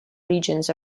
regions